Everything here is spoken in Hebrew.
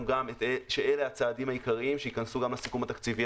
גם שאלה הצעדים העיקריים שיכנסו גם לסיכום התקציבי,